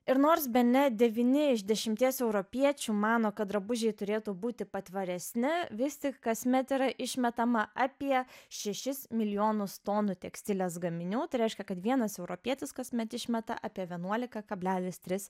ir nors bene devyni iš dešimties europiečių mano kad drabužiai turėtų būti patvaresni vis tik kasmet yra išmetama apie šešis milijonus tonų tekstilės gaminių tai reiškia kad vienas europietis kasmet išmeta apie vienuolika kablelis tris